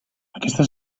aquesta